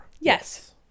Yes